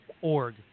org